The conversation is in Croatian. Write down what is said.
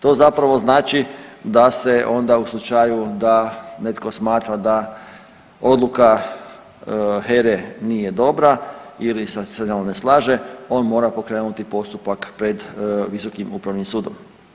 To zapravo znači da se onda u slučaju da netko smatra da odluka HERE nije dobra ili se sa njom ne slaže on mora pokrenuti postupak pred Visokim upravnim sudom.